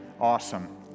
Awesome